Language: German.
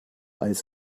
als